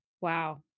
Wow